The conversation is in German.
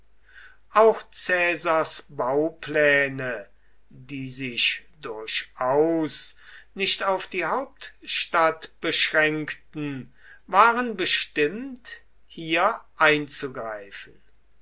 auch caesars baupläne die sich durchaus nicht auf die hauptstadt beschränkten waren bestimmt hier einzugreifen